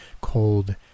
Cold